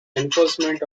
enforcement